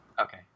Okay